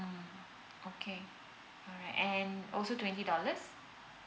mm okay and also twenty dollars